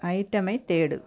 ஐட்டமை தேடு